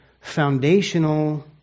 foundational